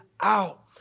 out